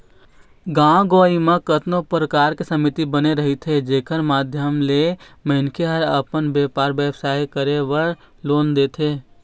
गाँव गंवई म अउ कतको परकार के समिति बने रहिथे जेखर माधियम ले मनखे ह अपन बेपार बेवसाय करे बर लोन देथे